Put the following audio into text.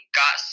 got